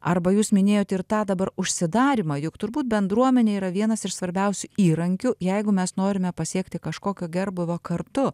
arba jūs minėjot ir tą dabar užsidarymą juk turbūt bendruomenė yra vienas iš svarbiausių įrankių jeigu mes norime pasiekti kažkokio gerbūvio kartu